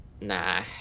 nah